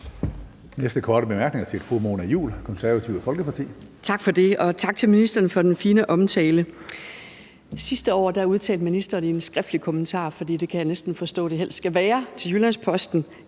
næste korte bemærkning er til fru Mona Juul, Det Konservative Folkeparti. Kl. 11:06 Mona Juul (KF): Tak for det, og tak til ministeren for den fine omtale. Sidste år udtalte ministeren i en skriftlig kommentar – for det kan jeg næsten forstå at det helst skal være – til Jyllands-Posten: